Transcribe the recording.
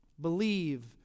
Believe